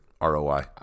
ROI